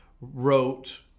wrote